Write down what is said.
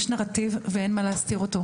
יש נרטיב ואין מה להסתיר אותו.